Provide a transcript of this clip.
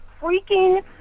freaking